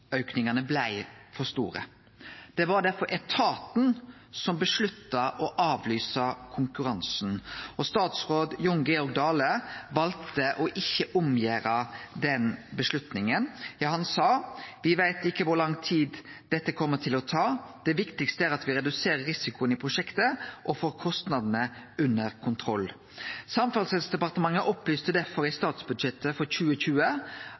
blei for stor. Det var derfor etaten som avgjorde å avlyse konkurransen. Og statsråd Jon Georg Dale valde å ikkje gjere om den avgjerda. Ja, han sa: «Vi vet ikke hvor lang tid dette kommer til å ta. Det viktigste er at vi reduserer risikoen i prosjektet og får kostnadene under kontroll». Samferdselsdepartementet opplyste derfor i statsbudsjettet for 2020